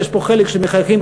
ויש פה חלק שמחייכים,